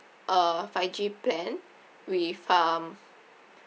uh five G plan with um